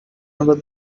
never